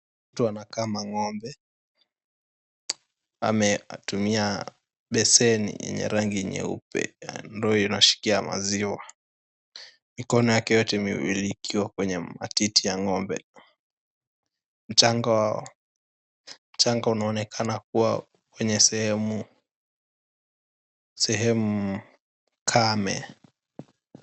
Mtu anakama ng'ombe. Ametumia beseni yenye rangi nyeupe .Ndoo inashikilia maziwa mikono yake yote miwili ikiwa kwenye matiti ya ng'ombe. Mchanga unaonekana kuwa kwenye sehemu kame.